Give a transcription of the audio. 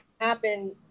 happen